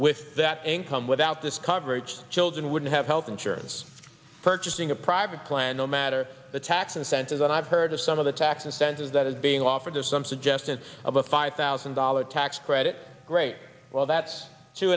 with that income without this coverage children wouldn't have health insurance purchasing a private plan no matter the tax incentives and i've heard of some of the tax incentives that is being offered as some suggest it's about five thousand dollars tax credit great well that's two